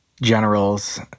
generals